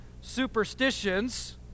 superstitions